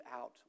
out